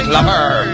Lover